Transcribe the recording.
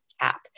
cap